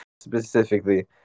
specifically